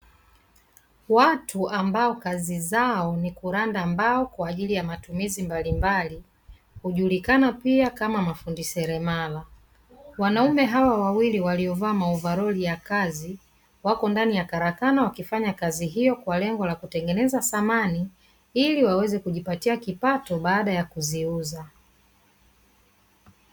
Watu ambao kazi zao ni kuranda mbao kwa ajili ya matumizi mbalimbali, hujulikana pia kama mafundi seremala. Wanaume hawa wawili waliovaa maovaroli ya kazi, wako ndani ya karakana wakifanya kazi hiyo kwa lengo la kutengeneza samani ili waweze kujipatia kipato baada ya kuziuza.